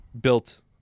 built